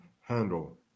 handle